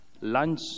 lunch